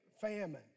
famine